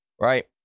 right